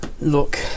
Look